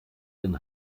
den